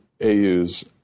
AU's